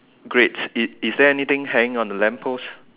great is is there anything hanging on the lamp post